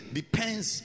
depends